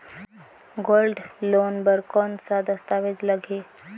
Gold loan बर कौन का दस्तावेज लगही?